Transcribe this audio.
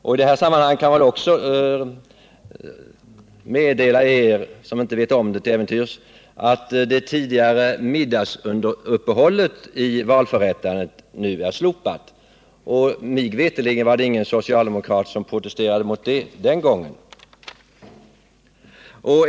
I detta sammanhang kan jag meddela dem som till äventyrs inte känner till det att det tidigare middagsuppehållet under valdagen nu är slopat. Mig veterligt var det ingen socialdemokrat som protesterade den gången.